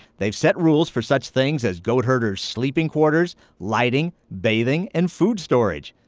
they've set rules for such things as goat herders' sleeping quarters, lighting, bathing, and food storage.